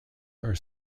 are